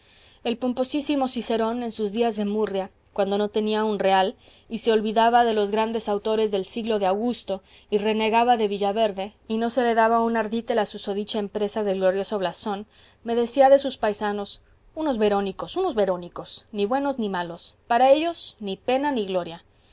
prosperidad y bienestar el pomposísimo cicerón en sus días de murria cuando no tenía un real y se olvidaba de los grandes autores del siglo de augusto y renegaba de villaverde y no se le daba un ardite la susodicha empresa del glorioso blasón me decía de sus paisanos unos verónicos unos verónicos ni buenos ni malos para ellos ni pena ni gloria